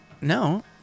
No